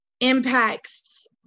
impacts